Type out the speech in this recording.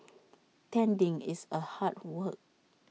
tending it's A hard work